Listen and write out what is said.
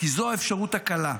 כי זו האפשרות הקלה.